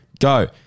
go